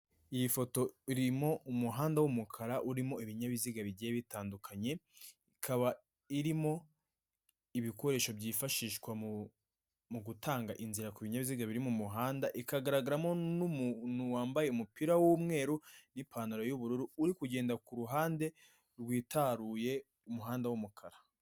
Iyi foto irimo umuhanda w'umukara urimo ibinyabiziga bigiye bitandukanye, ikaba irimo ibikoresho byifashishwa mu gutanga inzira ku binyabiziga biri mu muhanda, ikagaragaramo n'umuntu wambaye umupira w'umweru n'ipantaro y'ubururu uri kugenda ku ruhande rwitaruye umuhanda w'umukara.